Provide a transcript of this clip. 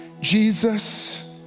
Jesus